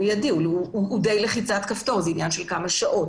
הוא מידי, זה עניין של כמה שעות.